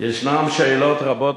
יש שאלות רבות,